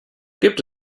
gibt